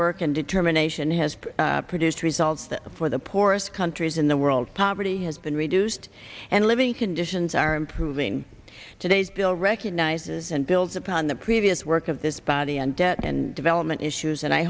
work and determination has produced results that for the poorest countries in the world poverty has been reduced and living conditions are improving today's bill recognizes and builds up on the previous work of this body and debt and development issues and i